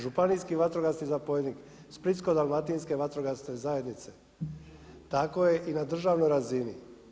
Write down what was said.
Županijski vatrogasni zapovjednik, Splitsko dalmatinske vatrogasne zajednice, tako je i na državnoj razini.